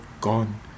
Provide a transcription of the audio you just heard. gone